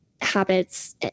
habits